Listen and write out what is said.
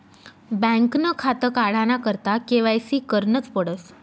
बँकनं खातं काढाना करता के.वाय.सी करनच पडस